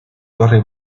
torre